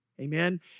Amen